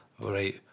right